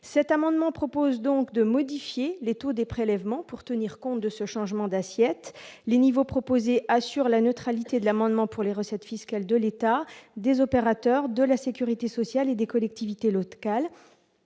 cet amendement propose donc de modifier les taux des prélèvements pour tenir compte de ce changement d'assiette les niveaux proposés assure la neutralité de l'amendement pour les recettes fiscales de l'État, des opérateurs de la sécurité sociale et des collectivités locales